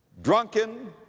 drunken,